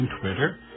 Twitter